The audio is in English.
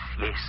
Yes